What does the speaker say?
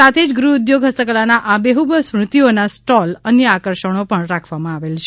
સાથે જ ગૃહ ઉધોગ હસ્તકલાના આબેહ્બ સ્મૃતિઓના સ્ટોલ અન્ય આકર્ષણો પણ રાખવામાં આવેલા છે